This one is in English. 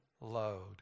load